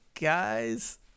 Guy's